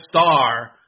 star